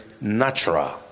natural